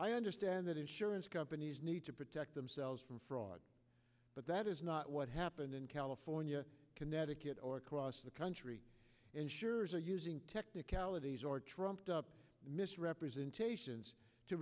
i understand that insurance companies need to protect themselves from fraud but that is not what happened in california connecticut or across the country insurers are using technicalities or trumped up misrepresentations to